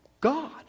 God